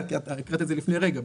את הקראת את זה לפני רגע,